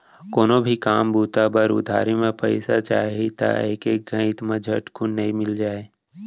कुछु भी काम बूता बर उधारी म पइसा चाही त एके घइत म झटकुन नइ मिल जाय